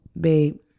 Babe